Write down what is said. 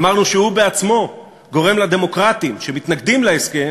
אמרנו שהוא עצמו גורם לדמוקרטים שמתנגדים להסכם